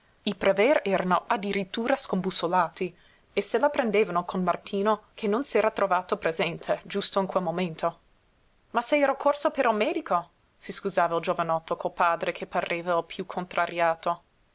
i prever erano addirittura scombussolati e se la prendevano con martino che non s'era trovato presente giusto in quel momento ma se ero corso per il medico si scusava il giovanotto col padre che pareva il piú contrariato